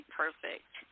perfect